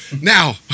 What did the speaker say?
Now